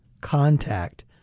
contact